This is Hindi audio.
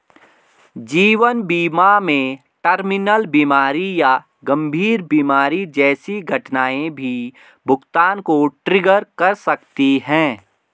जीवन बीमा में टर्मिनल बीमारी या गंभीर बीमारी जैसी घटनाएं भी भुगतान को ट्रिगर कर सकती हैं